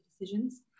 Decisions